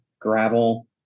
gravel